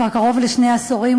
כבר קרוב לשני עשורים,